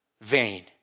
vain